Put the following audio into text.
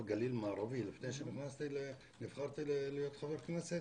גליל מערבי לפני שנבחרתי להיות חבר כנסת,